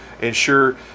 ensure